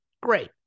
great